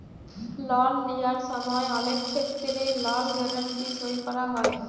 লল লিঁয়ার সময় অলেক খেত্তেরে লল গ্যারেলটি সই ক্যরা হয়